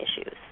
issues